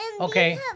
Okay